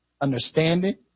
understanding